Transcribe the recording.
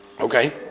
Okay